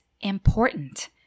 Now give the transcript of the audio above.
important